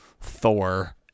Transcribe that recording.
Thor